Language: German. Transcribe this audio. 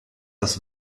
das